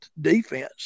defense